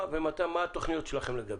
ומה התוכניות שלכם לגביה.